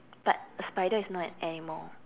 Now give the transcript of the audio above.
but a spider is not an animal